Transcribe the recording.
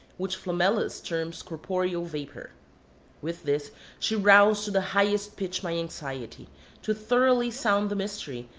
which flamellus terms corporeal vapour. with this she roused to the highest pitch my anxiety to thoroughly sound the mystery,